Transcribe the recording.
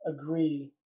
agree